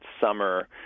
summer